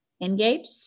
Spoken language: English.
engaged